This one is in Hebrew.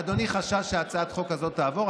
אדוני חשש שהצעת החוק הזאת תעבור.